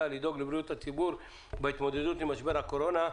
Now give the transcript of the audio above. לדאוג לבריאות הציבור בהתמודדות עם משבר הקורונה,